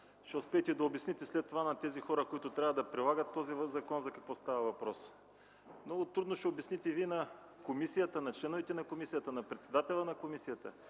ще успеете да обясните след това на тези хора, които трябва да прилагат този закон за какво става въпрос. Много трудно ще обясните на комисията, на членовете й, на председателя й, да